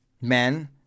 men